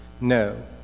No